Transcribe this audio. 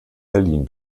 berlin